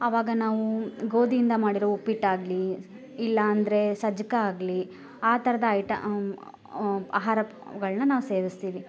ಅವಾಗ ನಾವು ಗೋದಿಯಿಂದ ಮಾಡಿರೋ ಉಪ್ಪಿಟ್ಟಾಗಲಿ ಇಲ್ಲಾಂದರೆ ಸಜ್ಕ ಆಗಲಿ ಆ ಥರದ ಐಟ ಆಹಾರಗಳನ್ನ ನಾವು ಸೇವಿಸ್ತೀವಿ